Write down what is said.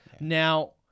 now